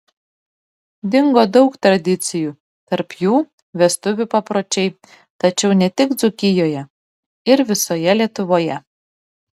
dingo daug tradicijų tarp jų vestuvių papročiai tačiau ne tik dzūkijoje ir visoje lietuvoje